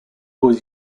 was